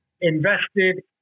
invested